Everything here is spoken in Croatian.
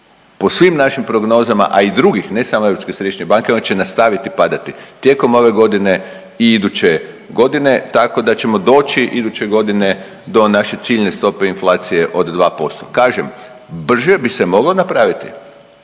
po svim našim prognozama, a i drugih ne samo Europske središnje banke ona će nastaviti padati tijekom ove godine i iduće godine tako da ćemo doći iduće godine do naše ciljne stope inflacije od 2%. Kažem, brže bi se moglo napraviti,